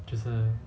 就是